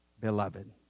beloved